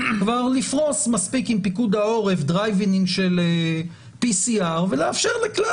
לפרוס עם פיקוד העורף תחנות דרייב אין של PCR ולאפשר לכלל